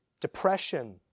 depression